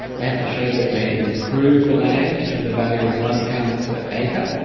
they had to show that they had improved the land to the value of one pounds per acre,